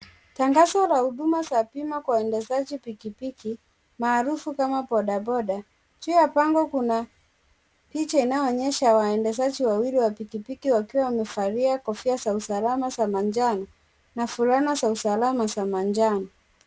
Tangazo la huduma za bima kwa waendeshaji pikipiki maarufu kama bodaboda. Juu ya bango kuna picha inaonyesha waendeshaji wawili wa pikipiki wakiwa wamevalia kofia za usalama sa manjano na fulana za usalama za manjano.